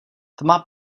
tma